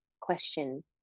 question